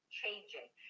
changing